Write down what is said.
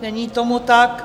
Není tomu tak.